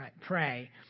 pray